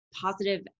positive